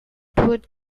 edward